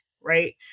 Right